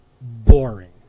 boring